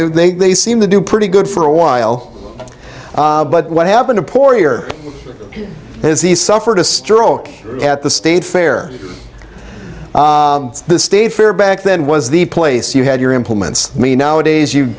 know they seem to do pretty good for a while but what happened to poor has he suffered a stroke at the state fair the state fair back then was the place you had your implements me nowadays you